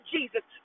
Jesus